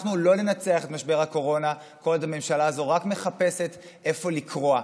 אנחנו לא ננצח את משבר הקורונה כל עוד הממשלה הזו רק מחפשת איפה לקרוע.